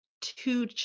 two